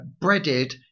breaded